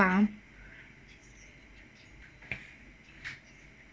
farm